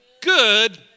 good